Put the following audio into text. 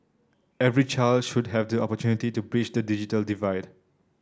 every child should have the opportunity to bridge the digital divide